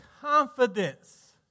confidence